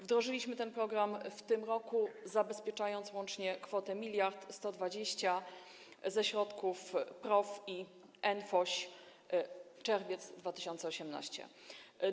Wdrożyliśmy ten program w tym roku, zabezpieczając łącznie kwotę 1120 mln ze środków PROW i NFOŚ - czerwiec 2018 r.